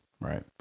Right